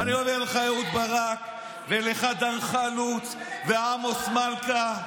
אני אומר לך, אהוד ברק, ולך, דן חלוץ, ועמוס מלכה.